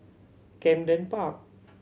Camden Park